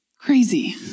Crazy